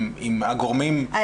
עם הגורמים שמייצגים את קהילת הלהט"ב.